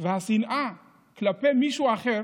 והשנאה כלפי מישהו אחר